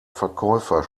verkäufer